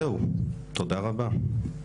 תודה רבה.